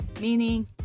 meaning